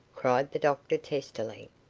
cried the doctor, testily.